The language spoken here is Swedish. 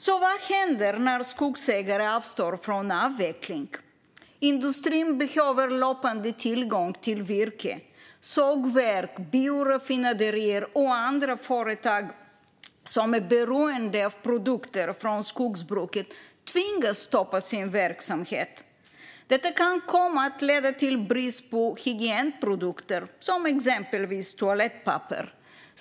Så vad händer när skogsägare avstår från avverkning? Industrin behöver löpande tillgång till virke. Sågverk, bioraffinaderier och andra företag som är beroende av produkter från skogsbruket tvingas stoppa sin verksamhet. Detta kan komma att leda till brist på hygienprodukter, exempelvis toalettpapper.